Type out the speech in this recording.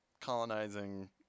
colonizing